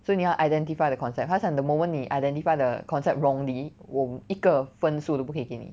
so 你要 identify the concept 他讲 the moment 你 identify the concept wrongly 我一个分数都不可以给你